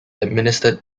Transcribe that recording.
administered